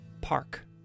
park